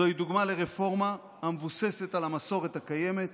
זוהי דוגמה לרפורמה המבוססת על המסורת הקיימת,